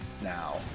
now